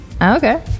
okay